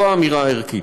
זו האמירה הערכית.